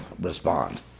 respond